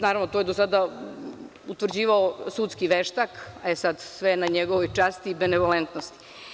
Naravno, to je do sada utvrđivao sudski veštak, sada sve na njegovoj časti i benevalentnost.